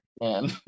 man